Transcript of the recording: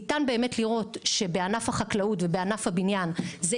ניתן לראות שבענף החקלאות ובענף הבניין זו